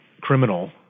criminal